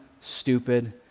stupid